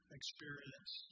experience